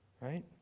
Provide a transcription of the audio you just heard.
right